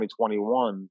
2021